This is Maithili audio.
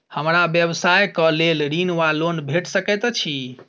हमरा व्यवसाय कऽ लेल ऋण वा लोन भेट सकैत अछि?